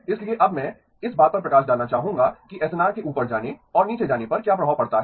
इसलिए अब मैं इस बात पर प्रकाश डालना चाहूंगा कि एसएनआर के ऊपर जाने और नीचे जाने पर क्या प्रभाव पड़ता है